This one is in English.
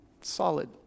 solid